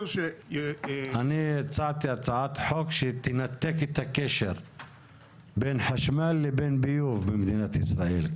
אני הצעתי הצעת חוק שתנתק את הקשר בין חשמל לבין ביוב במדינת ישראל,